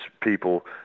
people